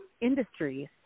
industries